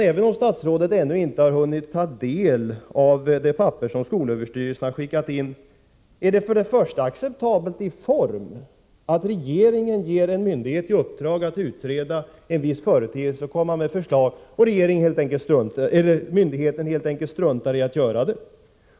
Även om statsrådet ännu inte hunnit ta del av det papper som skolöverstyrelsen skickat in vill jag då ställa frågan: Är det för det första acceptabelt i form att regeringen ger en myndighet i uppdrag att utreda en viss företeelse och framlägga förslag och myndigheten helt enkelt struntar i att göra det?